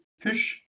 push